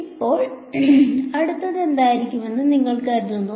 ഇപ്പോൾ അടുത്തത് എന്തായിരിക്കുമെന്ന് നിങ്ങൾ കരുതുന്നു